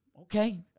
okay